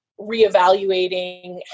reevaluating